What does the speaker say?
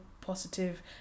positive